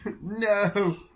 No